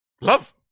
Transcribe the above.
Love